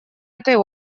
этой